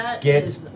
Get